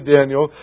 Daniel